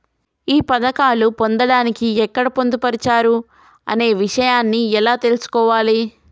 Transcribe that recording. ఈ పథకాలు పొందడానికి ఎక్కడ పొందుపరిచారు అనే విషయాన్ని ఎలా తెలుసుకోవాలి?